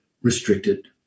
Restricted